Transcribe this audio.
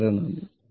വളരെ നന്ദി